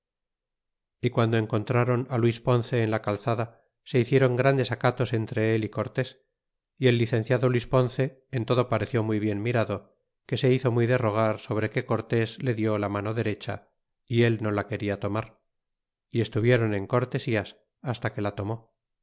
y guando encontrron luis ponce en la calzada se hiciéron grandes acatos entre él é cortés y el licenciado luis ponce en todo pareció muy bien mirado que se hizo muy de rogar sobre que cortés le di la mano derecha y el no la quería tomar y estuvieron en cortesías hasta que la tomó